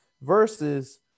versus